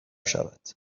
شود